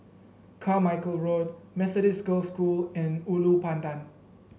Carmichael Road Methodist Girls' School and Ulu Pandan